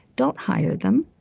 don't hire them.